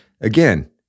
again